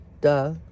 duh